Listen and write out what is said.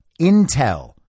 intel